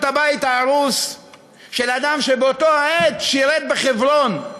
הבית ההרוס של אדם שבאותה העת שירת בחברון,